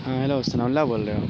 ہاں hello Sanaullah بول رہے ہو